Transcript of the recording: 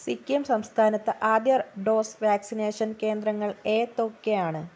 സിക്കിം സംസ്ഥാനത്ത് ആദ്യ dose vaccination കേന്ദ്രങ്ങൾ ഏതൊക്കെയാണ്